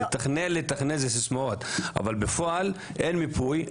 לתכנן זה סיסמאות אבל בפועל אין מיפוי.